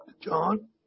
John